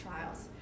trials